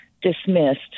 dismissed